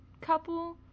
couple